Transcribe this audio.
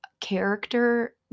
character